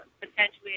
potentially